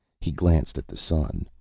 he glanced at the sun.